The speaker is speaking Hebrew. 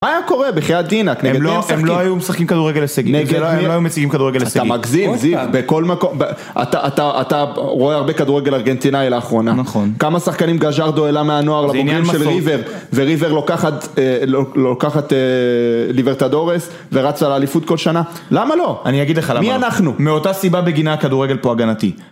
מה היה קורה בחיית דינאק? הם לא היו משחקים כדורגל הישגי. הם לא היו מציגים כדורגל הישגי. אתה מגזים, זיו, בכל מקום. אתה רואה הרבה כדורגל ארגנטינאי לאחרונה. נכון. כמה שחקנים גז'ארדו אעלה מהנוער לבוגרים של ריבר, וריבר לוקחת לליברטדורס, ורצה לאליפות כל שנה. למה לא? אני אגיד לך למה לא. מי אנחנו? מאותה סיבה בגינה הכדורגל פה הגנתי.